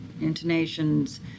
intonations